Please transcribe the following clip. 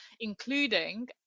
including